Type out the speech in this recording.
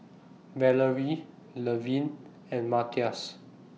Valarie Levin and Matias